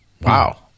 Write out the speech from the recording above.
Wow